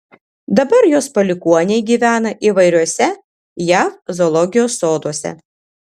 dabar jos palikuoniai gyvena įvairiuose jav zoologijos soduose